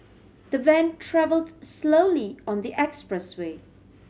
the van travelled slowly on the expressway